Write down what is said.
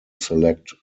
select